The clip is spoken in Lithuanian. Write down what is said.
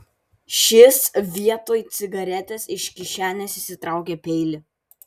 šis vietoj cigaretės iš kišenės išsitraukė peilį